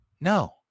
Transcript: no